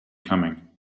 coming